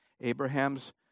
Abraham's